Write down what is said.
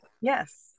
yes